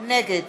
נגד